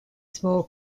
small